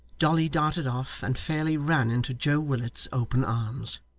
dolly darted off, and fairly ran into joe willet's open arms.